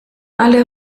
alle